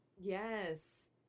Yes